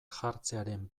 jartzearen